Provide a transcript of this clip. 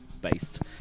based